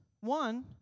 One